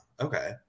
okay